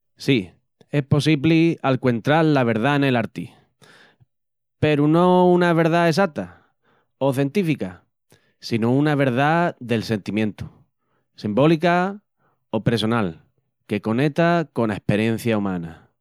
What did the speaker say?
Sí, es possibli alcuentral la verdá nel arti, peru no una verdá essata o centífica, sino una verdá del sentimientu, sembólica o pressonal que coneta cona esperiencia umana.